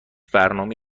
برنامه